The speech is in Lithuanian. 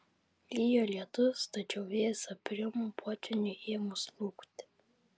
lijo lietus tačiau vėjas aprimo potvyniui ėmus slūgti